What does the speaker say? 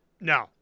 No